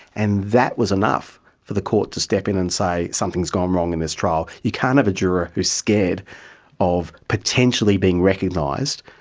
and that was enough for the court to step in and say, something's gone wrong in this trial. you can't have a juror who's scared of potentially being recognised,